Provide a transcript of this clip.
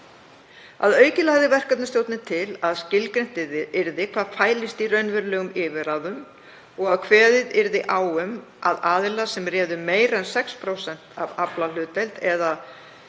Að auki lagði verkefnastjórnin til að skilgreint yrði hvað fælist í raunverulegum yfirráðum og að kveðið yrði á um að aðilar sem réðu meira en 6% af aflahlutdeild eða